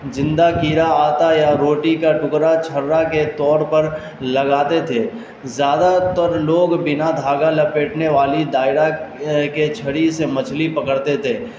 زندہ کیڑا آتا یا روٹی کا ٹکڑا چھرا کے طور پر لگاتے تھے زیادہ تر لوگ بنا دھاگا لپیٹنے والی دائرہ کے چھڑی سے مچھلی پکڑتے تھے